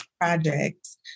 projects